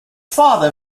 father